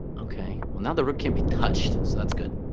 okay well now the rook can't be touched so that's good